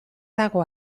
dago